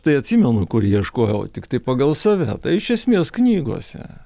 tai atsimenu kur ieškojau tiktai pagal save iš esmės knygose